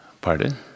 Pardon